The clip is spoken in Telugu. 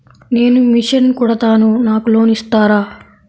నేను మిషన్ కుడతాను నాకు లోన్ ఇస్తారా?